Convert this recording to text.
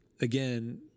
again